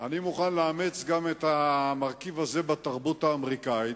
אני מוכן לאמץ גם את המרכיב הזה בתרבות האמריקנית,